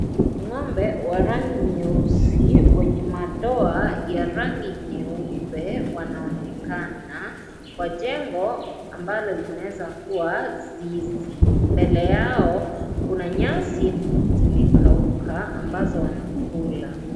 Ng'ombe wa rangi nyeusi yenye madoa ya rangi nyeupe, wanaonekana kwa jengo ambalo linaweza kuwa zizi. Mbele yao kuna nyasi zimekauka ambazo wanakula.